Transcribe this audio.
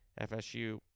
FSU